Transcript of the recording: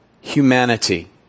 humanity